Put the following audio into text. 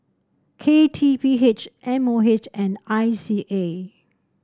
K T P H M O H and I C A